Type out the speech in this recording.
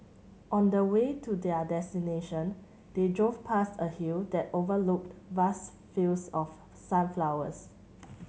on the way to their destination they drove past a hill that overlooked vast fields of sunflowers